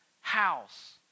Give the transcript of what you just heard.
house